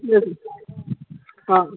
లేదు ఆ